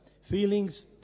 feelings